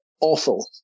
awful